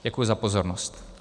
Děkuji za pozornost.